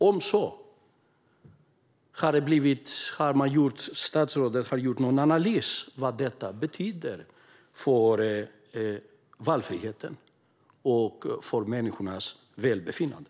Om så är fallet, har statsrådet gjort någon analys av vad detta betyder för valfriheten och för människors välbefinnande?